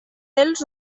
dels